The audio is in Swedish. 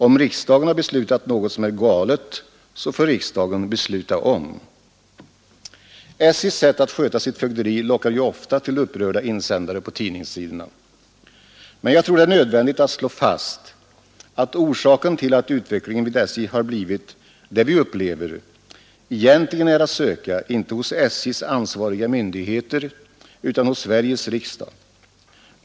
Om riksdagen har beslutat något som är galet, så får riksdagen besluta om.” SJ:s sätt att sköta sitt fögderi lockar ju ofta till upprörda insändare på tidningssidorna. Men jag tror det är nödvändigt att slå fast att orsaken till att utvecklingen vid SJ har blivit den vi upplever egentligen är att söka, inte hos SJ:s ansvariga utan hos Sveriges riksdag.